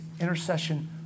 intercession